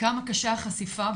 כמה קשה החשיפה,